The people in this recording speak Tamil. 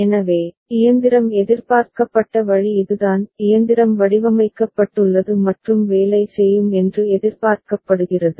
எனவே இயந்திரம் எதிர்பார்க்கப்பட்ட வழி இதுதான் இயந்திரம் வடிவமைக்கப்பட்டுள்ளது மற்றும் வேலை செய்யும் என்று எதிர்பார்க்கப்படுகிறது